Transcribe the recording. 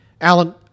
alan